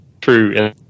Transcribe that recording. true